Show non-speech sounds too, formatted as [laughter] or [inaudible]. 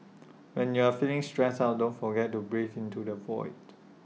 [noise] when you're feeling stressed out don't forget to breathe into the void